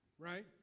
right